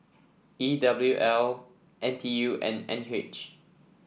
E W L N T U and N U H